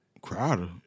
Crowder